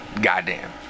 goddamn